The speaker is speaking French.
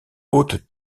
hautes